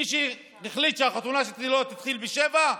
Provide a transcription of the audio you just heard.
מי שהחליט שהחתונה שלו תתחיל ב-19:00,